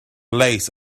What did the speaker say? lace